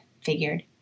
figured